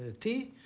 tea.